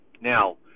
Now